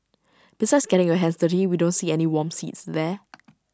besides getting your hands dirty we don't see any warm seats there